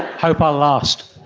hope i'll last.